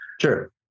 Sure